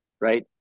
right